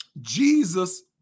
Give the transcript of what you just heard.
Jesus